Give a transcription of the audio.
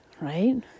right